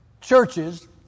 churches